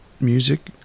music